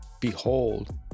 behold